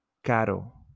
caro